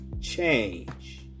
change